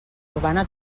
urbana